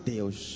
Deus